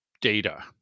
data